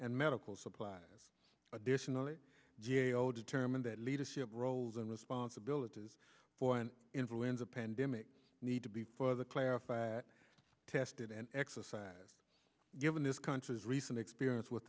and medical supplies additionally g a o determined that leadership roles and responsibilities for an influenza pandemic need to be further clarified that tested and exercise given this country's recent experience with